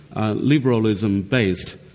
liberalism-based